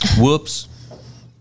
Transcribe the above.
Whoops